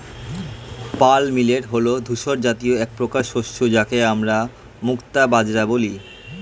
pearl millet হল ধূসর জাতীয় একপ্রকার শস্য যাকে আমরা মুক্তা বাজরা বলি